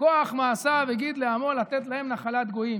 "כח מעשיו הגיד לעמו לתת להם נחלת גוים",